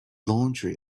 laundry